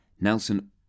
Nelson